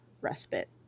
respite